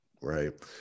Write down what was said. right